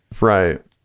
right